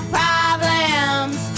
problems